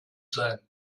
sein